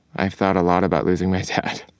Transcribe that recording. i've thought a lot about losing my dad